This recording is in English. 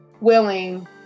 willing